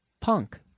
Punk